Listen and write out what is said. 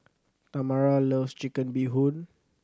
Tamara loves Chicken Bee Hoon